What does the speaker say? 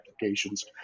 applications